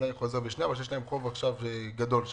שיש להם חוב גדול שם.